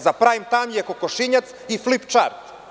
Za prajm tajm je kokošinjac i flip čar.